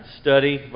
study